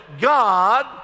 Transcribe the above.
god